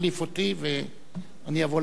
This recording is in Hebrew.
ואני אבוא להחליף אותה לקראת,